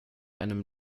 einem